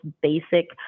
basic